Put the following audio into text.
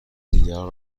دیگران